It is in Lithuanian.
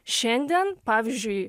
šiandien pavyzdžiui